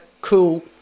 cool